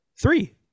Three